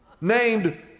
named